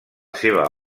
seva